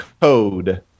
code